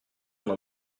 sont